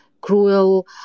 cruel